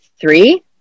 three